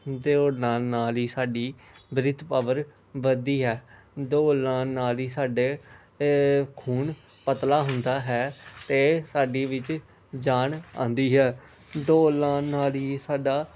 ਦੌੜ ਲਗਾਉਣ ਨਾਲ ਹੀ ਸਾਡੀ ਬ੍ਰਿਥ ਪਾਵਰ ਵੱਧਦੀ ਹੈ ਦੌੜ ਲਗਾਉਣ ਨਾਲ ਹੀ ਸਾਡੇ ਖੂਨ ਪਤਲਾ ਹੁੰਦਾ ਹੈ ਅਤੇ ਸਾਡੀ ਵਿੱਚ ਜਾਨ ਆਉਂਦੀ ਹੈ ਦੌੜ ਲਗਾਉਣ ਨਾਲ ਹੀ ਸਾਡਾ